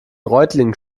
reutlingen